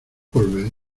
volver